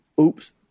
oops